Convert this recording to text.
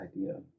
idea